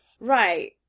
Right